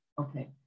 Okay